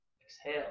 exhale